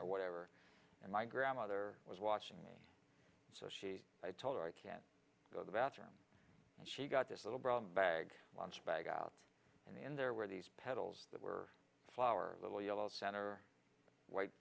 or whatever and my grandmother was watching me so she's i told her i can go the bathroom and she got this little brown bag lunch bag out and then there were these petals that were flower little yellow center white